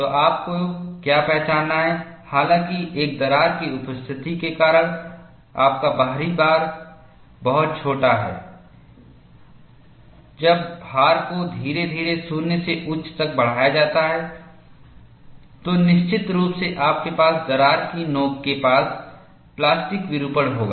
तो आपको क्या पहचानना है हालांकि एक दरार की उपस्थिति के कारण आपका बाहरी भार बहुत छोटा है जब भार को धीरे धीरे 0 से उच्च तक बढ़ाया जाता है तो निश्चित रूप से आपके पास दरार की नोकके पास प्लास्टिक विरूपण होगा